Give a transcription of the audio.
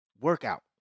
Workout